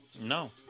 No